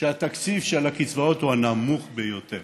שבהן התקציב של הקצבאות הוא הנמוך ביותר